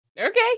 Okay